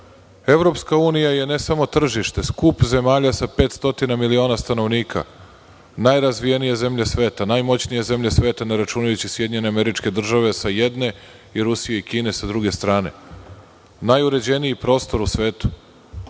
Evropska unija je ne samo tržište, skup zemalja sa 500 miliona stanovnika, najrazvijenijih zemalja sveta, najmoćnijih zemalja sveta ne računaju SAD sa jedne i Rusije i Kine sa druge strane. To je najuređeniji prostor u svetu.